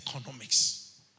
economics